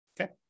Okay